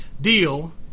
Deal